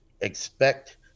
expect